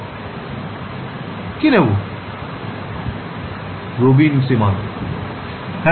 ছাত্র ছাত্রীঃ রবিন সীমানা